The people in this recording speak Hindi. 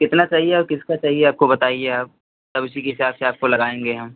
कितना चाहिए और किसका चाहिए आपको बताइए आप तब उसी के हिसाब से आपको लगाएँगे हम